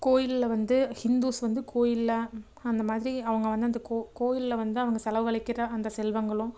கோயிலில் வந்து ஹிந்துஸ் வந்து கோயிலில் அந்த மாதிரி அவங்க வந்து அந்த கோ கோயிலில் வந்து அவங்க செலவழிக்கிற அந்த செல்வங்களும்